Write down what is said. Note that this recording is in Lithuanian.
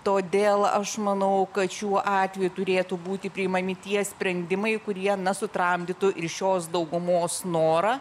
todėl aš manau kad šiuo atve turėtų būti priimami tie sprendimai kurie sutramdytų ir šios daugumos norą